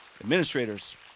administrators